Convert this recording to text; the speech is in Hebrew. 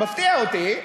מפתיע אותי,